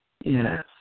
Yes